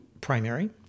primary